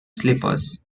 slippers